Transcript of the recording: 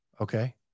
Okay